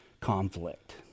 conflict